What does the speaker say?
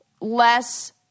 less –